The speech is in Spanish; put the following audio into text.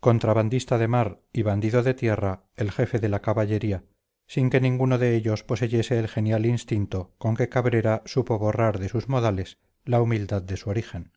contrabandista de mar y bandido de tierra el jefe de la caballería sin que ninguno de ellos poseyese el genial instinto con que cabrera supo borrar de sus modales la humildad de su origen